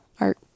Art